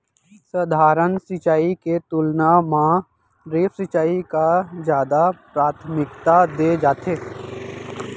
सधारन सिंचाई के तुलना मा ड्रिप सिंचाई का जादा प्राथमिकता दे जाथे